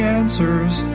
answers